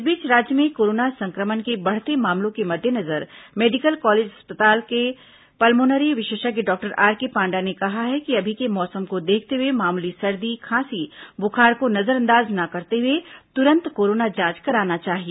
इस बीच राज्य में कोरोना संक्रमण के बढ़ते मामलों के मद्देनजर मेडिकल कॉलेज अस्पताल के पल्मोनरी विशेषज्ञ डॉक्टर आरके पांडा ने कहा है कि अभी के मौसम को देखते हुए मामूली सर्दी खांसी बुखार को नजरअंदाज न करते हुए तुरंत कोरोना जांच कराना चाहिए